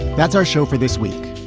that's our show for this week.